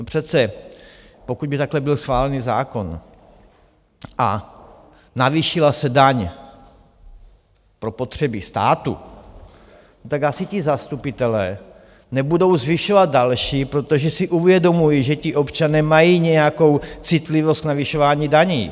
Přece kdyby takhle byl schválený zákon a navýšila se daň pro potřeby státu, tak asi zastupitelé nebudou zvyšovat další, protože si uvědomují, že občané mají nějakou citlivost k navyšování daní.